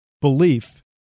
belief